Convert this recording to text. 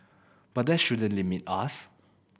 but that shouldn't limit us